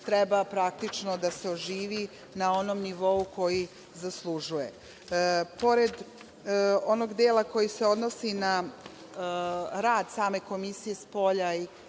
treba praktično da se oživi na onom nivou koji zaslužuje. Pored onog dela koji se odnosi na rad same komisije spolja